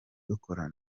dukora